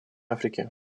африки